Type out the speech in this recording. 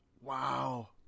Wow